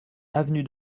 avenue